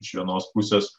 iš vienos pusės